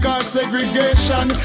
segregation